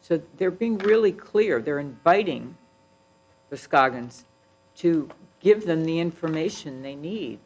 so they're being really clear they're inviting the scoggins to give them the information they need